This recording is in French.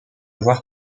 voir